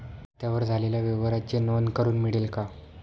खात्यावर झालेल्या व्यवहाराची नोंद करून मिळेल का?